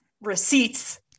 receipts